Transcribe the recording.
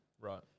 Right